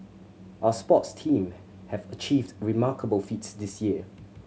our sports team have achieved remarkable feats this year